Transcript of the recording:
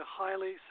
highly